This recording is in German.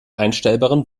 einstellbaren